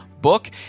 book